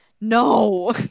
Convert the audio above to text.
no